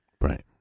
right